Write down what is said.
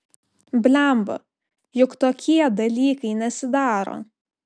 blemba juk tokie dalykai nesidaro